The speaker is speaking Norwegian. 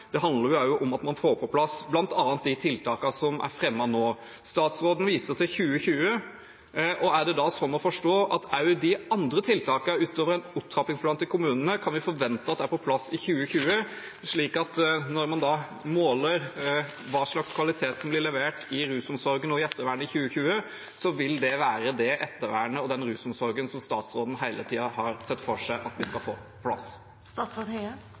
Det handler også om at man får på plass bl.a. de tiltakene som er fremmet nå. Statsråden viser til 2020. Er det da sånn å forstå at vi kan forvente at også de andre tiltakene – ut over en opptrappingsplan til kommunene – er på plass i 2020, slik at når man måler hva slags kvalitet som blir levert i rusomsorgen og ettervernet i 2020, vil det være det ettervernet og den rusomsorgen som statsråden hele tiden har sett for seg at vi skal få